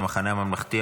המחנה הממלכתי,